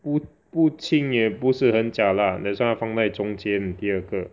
不不轻也不是很 jialat that's why 它放在中间第二个